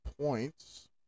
points